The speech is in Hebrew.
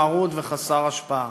מרוד וחסר השפעה.